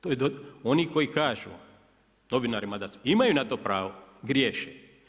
To je do onih koji kažu novinarima da imaju na to pravo, griješe.